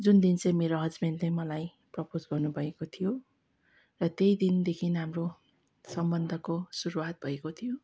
जुन दिन चाहिँ मेरो हसबेन्डले मलाई प्रपोज गर्नु भएको थियो र त्यही दिनदेखि हाम्रो सम्बन्धको सुरूआत भएको थियो